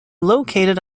located